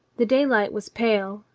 the daylight was pale,